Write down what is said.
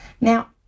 Now